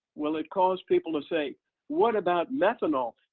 well, it caused people to say what about methanol?